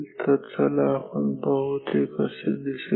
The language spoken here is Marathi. तर चला आपण पाहू हे कसे दिसेल